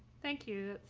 thank you.